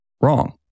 Wrong